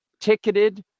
ticketed